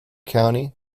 county